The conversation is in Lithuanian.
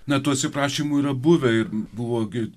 ne tų atsiprašymų yra buvę ir buvo gi